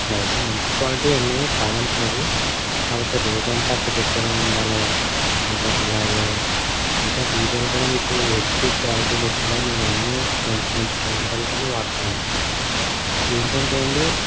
నా దగ్గర మంచి క్వాలిటీయే ఉన్నాయ్ కాదనట్లేదు కాకపొతే రోజంతా అక్కడ పెట్టేలా ఉండాలి అలాగే ఇంకా వీడియోలు కూడా మీకు హెచ్డి క్వాలిటీలో వచ్చేలా నేనన్నీ మంచి మంచి క్యామరాలతోనే వాడతానండి ఇది ఏంటంటే అండి